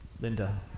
Linda